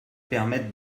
permettent